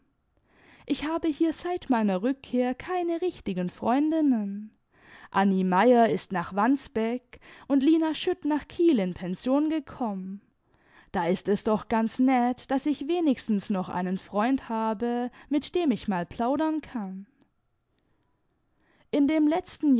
ich habe hier seit meiner rückkehr keine richtigen freundinnen anni meier ist nach wandsbeck imd lina schutt nach kiel in pension gekommen da ist es doch ganz nett daß ich wenigstens noch einen freund habe mit dem ich mal plaudern kann in dem letzten